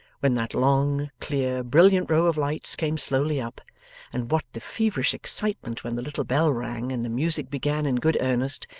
when that long, clear, brilliant row of lights came slowly up and what the feverish excitement when the little bell rang and the music began in good earnest,